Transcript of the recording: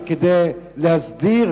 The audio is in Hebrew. זה כדי להסדיר